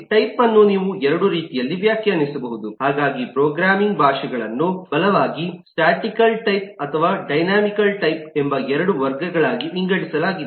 type ಅನ್ನು ನೀವು ಎರಡೂ ರೀತಿಯಲ್ಲಿ ವ್ಯಾಖ್ಯಾನಿಸಬಹುದು ಹಾಗಾಗಿ ಪ್ರೋಗ್ರಾಮಿಂಗ್ ಭಾಷೆಗಳನ್ನು ಬಲವಾಗಿ ಸ್ಟಾಟಿಕಲ್ ಟೈಪ್ ಅಥವಾ ಡೈನಾಮಿಕಲ್ ಟೈಪ್ ಎಂಬ 2 ವರ್ಗಗಳಾಗಿ ವಿಂಗಡಿಸಲಾಗಿದೆ